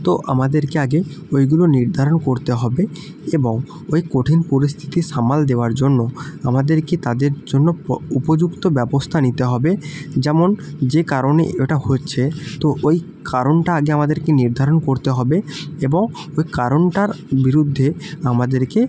তো আমাদেরকে আগে ওইগুলো নির্ধারণ করতে হবে এবং ওই কঠিন পরিস্থিতি সামাল দেওয়ার জন্য আমাদেরকে তাদের জন্য উপযুক্ত ব্যবস্থা নিতে হবে যেমন যে কারণে এটা হচ্ছে তো ওই কারণটা আগে আমাদেরকে নির্ধারণ করতে হবে এবং ওই কারণটার বিরুদ্ধে আমাদেরকে